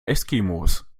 eskimos